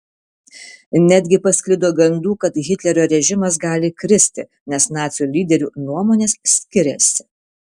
netgi pasklido gandų kad hitlerio režimas gali kristi nes nacių lyderių nuomonės skiriasi